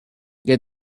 get